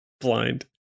blind